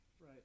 Right